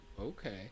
okay